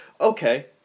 Okay